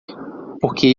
porque